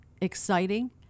exciting